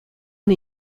and